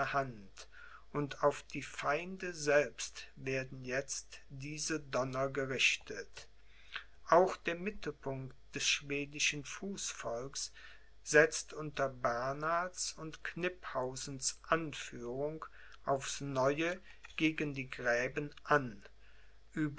hand und auf die feinde selbst werden jetzt diese donner gerichtet auch der mittelpunkt des schwedischen fußvolks setzt unter bernhards und kniphausens anführung aufs neue gegen die gräben an